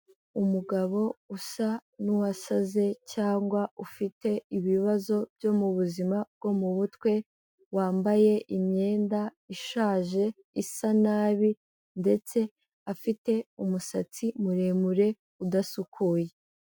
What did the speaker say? Umugabo usa n'uwasaze cyangwa ufite ibibazo byo mu buzima bwo mu mutwe, wambaye imyenda ishaje, isa nabi ndetse afite umusatsi muremure udasukuye.